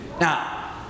Now